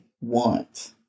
want